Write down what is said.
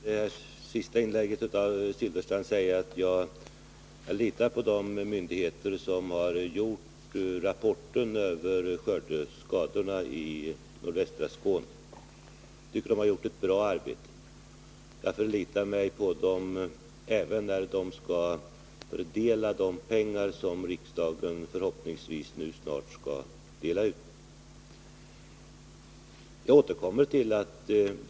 Herr talman! Med anledning av Bengt Silfverstrands senaste inlägg vill jag säga att jag litar på de myndigheter som har lämnat rapport om skördeskadorna i nordvästra Skåne. Jag tycker att dessa myndigheter har gjort ett bra arbete. Jag litar också på dem när de skall fördela de pengar som riksdagen förhoppningsvis snart kommer att anslå.